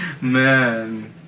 Man